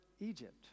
Egypt